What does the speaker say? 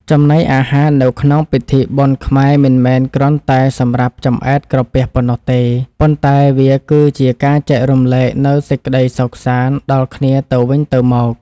ចំណីអាហារនៅក្នុងពិធីបុណ្យខ្មែរមិនមែនគ្រាន់តែសម្រាប់ចម្អែតក្រពះប៉ុណ្ណោះទេ ប៉ុន្តែវាគឺជាការចែករំលែកនូវសេចក្តីសុខសាន្តដល់គ្នាទៅវិញទៅមក។